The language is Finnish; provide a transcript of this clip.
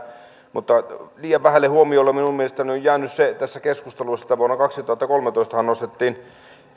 mutta liian vähälle huomiolle minun mielestäni on on jäänyt tässä keskustelussa se että vuonna kaksituhattakolmetoistahan nostettiin